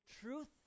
truth